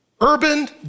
Urban